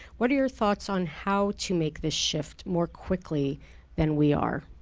what are your thoughts on how to make this shift more quickly than we are?